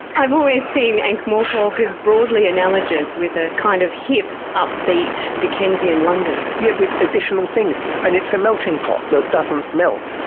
i've always seen ankh-morpork as broadly analogous with a kind of hip, upbeat dickensian london. yes, with additional things and it's a melting pot that doesn't melt.